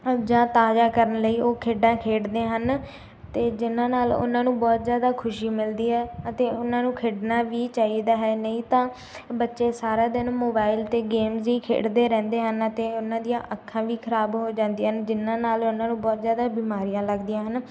ਅ ਜਾਂ ਤਾਜਾ ਕਰਨ ਲਈ ਉਹ ਖੇਡਾਂ ਖੇਡਦੇ ਹਨ ਅਤੇ ਜਿਹਨਾਂ ਨਾਲ ਉਹਨਾਂ ਨੂੰ ਬਹੁਤ ਜਿਆਦਾ ਖੁਸ਼ੀ ਮਿਲਦੀ ਹੈ ਅਤੇ ਉਹਨਾਂ ਨੂੰ ਖੇਡਣਾ ਵੀ ਚਾਹੀਦਾ ਹੈ ਨਹੀਂ ਤਾਂ ਬੱਚੇ ਸਾਰਾ ਦਿਨ ਮੋਬਾਇਲ 'ਤੇ ਗੇਮਜ਼ ਹੀ ਖੇਡਦੇ ਰਹਿੰਦੇ ਹਨ ਅਤੇ ਉਹਨਾਂ ਦੀਆਂ ਅੱਖਾਂ ਵੀ ਖ਼ਰਾਬ ਹੋ ਜਾਂਦੀਆਂ ਹਨ ਜਿਹਨਾਂ ਨਾਲ ਉਹਨਾਂ ਨੂੰ ਬਹੁਤ ਜ਼ਿਆਦਾ ਬਿਮਾਰੀਆਂ ਲੱਗਦੀਆਂ ਹਨ